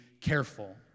careful